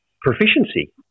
proficiency